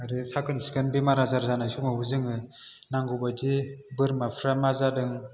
आरो साखोन सिखोन बेमार आजार जानाय समावबो जोङो नांगौ बायदियै बोरमाफ्रा मा जादों